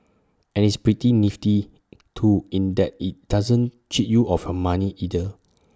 and it's pretty nifty too in that IT doesn't cheat you of her money either